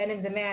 בין אם זה 120,